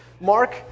Mark